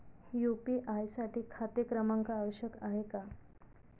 UPI साठी खाते क्रमांक आवश्यक आहे का?